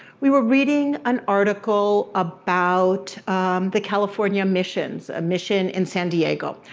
we were reading an article about the california missions, a mission in san diego.